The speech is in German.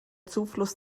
zufluss